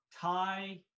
Thai